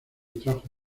trajo